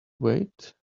wait